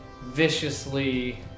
viciously